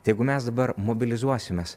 jeigu mes dabar mobilizuosimės